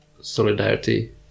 solidarity